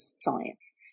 science